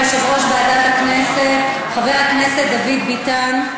ליושב-ראש ועדת הכנסת חבר הכנסת דוד ביטן.